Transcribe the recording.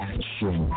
Action